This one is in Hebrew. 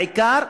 בעיקר,